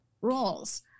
roles